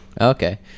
Okay